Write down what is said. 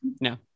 No